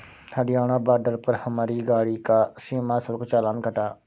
Haryana border पर हमारी गाड़ी का सीमा शुल्क चालान कटा